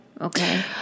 Okay